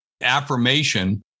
affirmation